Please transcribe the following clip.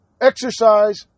exercise